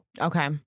Okay